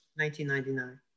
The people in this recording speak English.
1999